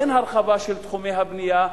אין הרחבה של תחומי הבנייה,